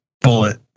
bullet